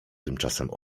tymczasem